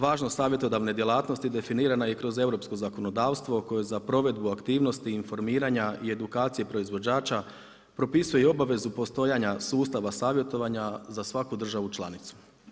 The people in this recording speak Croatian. Važne savjetodavne djelatnosti, definirana je i kroz europsko zakonodavstvo koje za provedbu aktivnosti, informiranja i edukacije proizvođača propisuje i obavezu postojanja sustava savjetovanja, za svaku državu članicu.